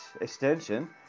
extension